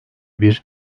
bir